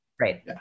right